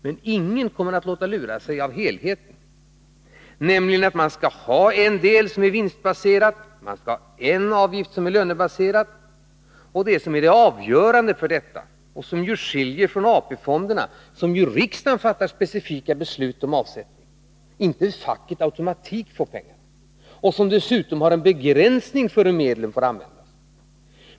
Men ingen kommer att låta sig luras av helheten, nämligen att man skall ha en del som är vinstbaserad och en avgift som är lönebaserad. Och detta förslag skiljer sig ju från AP-fonderna, där riksdagen fattar specifika beslut om avsättning och där inte facket med automatik får pengarna, och som dessutom har en begränsning för de medel som får användas.